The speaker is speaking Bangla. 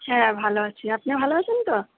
হ্যাঁ ভালো আছি আপনি ভালো আছেন তো